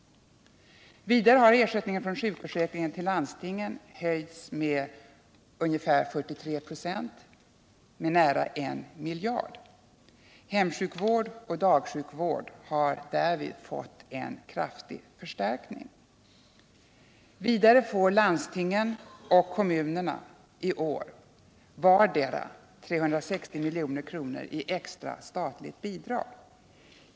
Vidare har ersättningen från sjukförsäkringen till landstingen höjts med ungefär 43 96, dvs. nära 1 miljard kronor. Hemsjukvård och dagsjukvård har därvid fått en kraftig förstärkning. Vidare får landstingen och kommunerna i år vardera 360 milj.kr. i extra statliga bidrag.